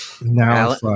now